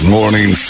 Morning